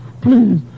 please